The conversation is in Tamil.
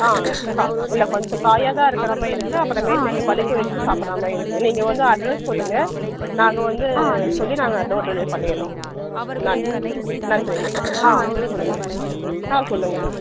ஆ கா இல்லை கொஞ்சம் காயாகதான் இருக்கிற மாதிரி இருக்குது அப்புறமேட்டு நீங்கள் பழுக்க வச்சு சாப்பிட்ற மாதிரி இருக்குது நீங்கள் வந்து அட்ரஸ் சொல்லுங்க நாங்கள் வந்து சொல்லி நாங்கள் டோர் டெலிவரி பண்ணிடறோம் நன் நன்றிங்க ஆ சொல்லுங்க ஆ சொல்லுங்க